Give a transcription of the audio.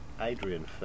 Adrian